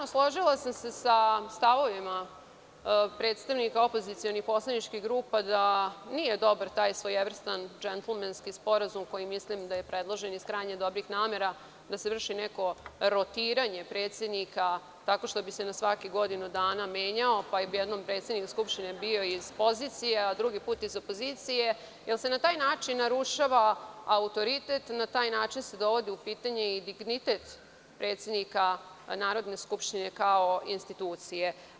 Složila sam se sa stavovima predstavnika opozicionih poslaničkih grupa da nije dobar taj svojevrstan džentlmenski sporazum, koji mislim da je predložen iz krajnje dobrih namera, da se vrši neko rotiranje predsednika tako što bi se na svakih godinu dana menjao, pa bi jednom predsednik Skupštine bio iz pozicije, a drugi put iz opozicije, jer se na taj način narušava autoritet, dovodi u pitanje dignitet predsednika Narodne skupštine kao institucije.